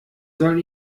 soll